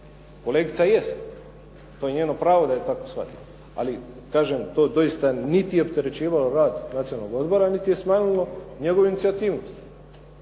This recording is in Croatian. Kolegica jest, to je njeno pravo da je to tako shvatila. Ali kažem, to doista niti je opterećivalo rad nacionalnog odbora niti je smanjilo njegovu inicijativnost,